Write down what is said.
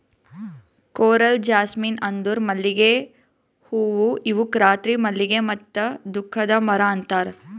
coral jasmine ಅಂದುರ್ ಮಲ್ಲಿಗೆ ಹೂವು ಇವುಕ್ ರಾತ್ರಿ ಮಲ್ಲಿಗೆ ಮತ್ತ ದುಃಖದ ಮರ ಅಂತಾರ್